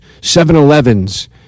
7-Elevens